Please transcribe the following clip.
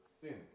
sin